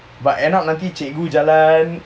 but end up nanti cikgu jalan